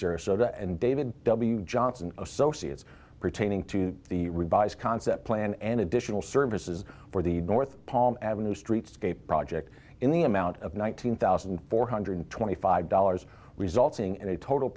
sarasota and david w johnson associates pertaining to the revised concept plan and additional services for the north palm avenue streetscape project in the amount of nineteen thousand four hundred twenty five dollars resulting